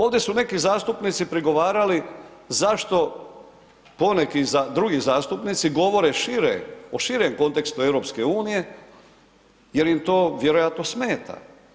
Ovdje su neki zastupnici prigovarali zašto poneki drugi zastupnici govore šire, o širem kontekstu EU-a jer im to vjerojatno smeta.